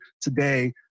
today